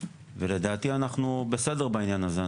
ולדעתי אנחנו בסדר בעניין הזה,